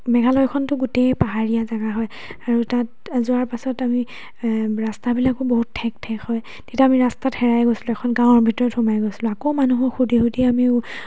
মেঘালয়খনটো গোটেই পাহাৰীয়া জেগা হয় আৰু তাত যোৱাৰ পাছত আমি ৰাস্তাবিলাকো বহুত ঠেক ঠেক হয় তেতিয়া আমি ৰাস্তাত হেৰাই গৈছিলোঁ এখন গাঁৱৰ ভিতৰত সোমাই গৈছিলোঁ আকৌ মানুহক সুধি সুধি আমি